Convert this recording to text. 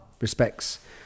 respects